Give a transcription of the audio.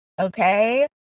okay